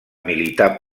militar